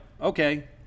okay